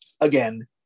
again